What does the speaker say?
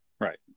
Right